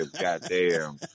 Goddamn